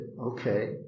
okay